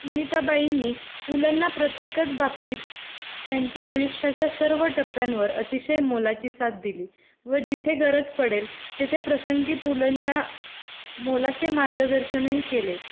सुनीताबाईंनी पु लांना प्रत्येकचबाबतीत त्यांच्या आयुष्याच्या सर्व टप्प्यांवर अतिशय मोलाची साथ दिली व जिथे गरज पडेल तिथे प्रसंगी पु लंना मोलाचे मार्गदर्शनही केले